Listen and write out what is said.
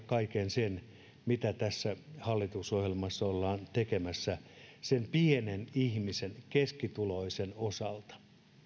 kaiken sen mitä tässä hallitusohjelmassa ollaan tekemässä sen pienen ihmisen keskituloisen osalta